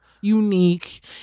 unique